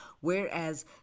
Whereas